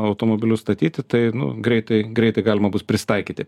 automobilius statyti tai nu greitai greitai galima bus prisitaikyti